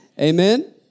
Amen